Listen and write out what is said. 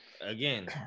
Again